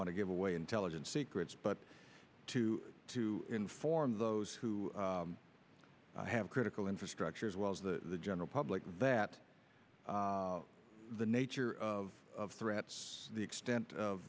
want to give away intelligence secrets but to to inform those who have critical infrastructure as well as the general public that the nature of threats the extent of